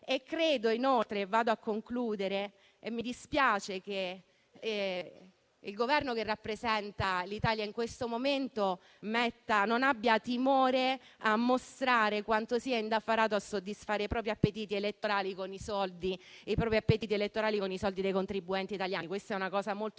consenso elettorale, come questo. Mi dispiace che il Governo che rappresenta l'Italia in questo momento non abbia timore a mostrare quanto sia indaffarato a soddisfare i propri appetiti elettorali con i soldi dei contribuenti italiani: questa è una cosa molto triste.